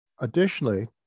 Additionally